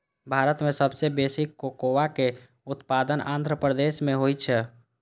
भारत मे सबसं बेसी कोकोआ के उत्पादन आंध्र प्रदेश मे होइ छै